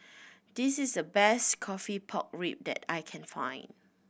this is the best coffee pork rib that I can find